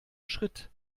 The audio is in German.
schritt